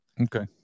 Okay